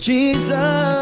Jesus